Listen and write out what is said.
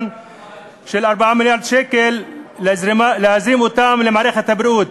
להזרים 4 מיליארד שקל למערכת הבריאות.